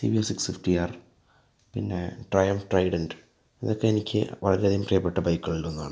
തിവിൽ six fifty R പിന്നെ trial Trident ഇതക്കെ എനിക്ക് വളരെയധികം പ്രിയപ്പെട്ട ബൈക്കുകളിലൊന്നാണ്